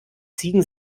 ziegen